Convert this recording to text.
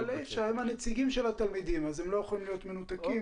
אלה נציגי התלמידים ולכן הם לא יכולים להיות מנותקים.